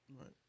Right